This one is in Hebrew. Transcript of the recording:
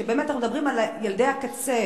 אנחנו מדברים על ילדי הקצה,